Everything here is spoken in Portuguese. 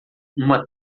uma